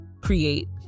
create